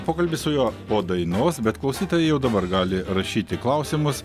pokalbis su juo po dainos bet klausytojai jau dabar gali rašyti klausimus